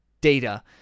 data